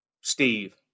Steve